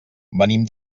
venim